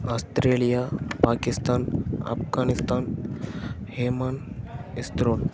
Australia Pakistan Afghanistan amen Israel